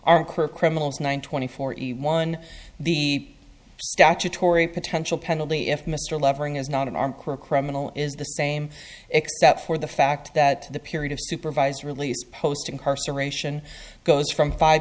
one criminals one twenty four one the statutory potential penalty if mr levering is not a criminal is the same except for the fact that the period of supervised release post incarceration goes from five